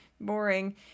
Boring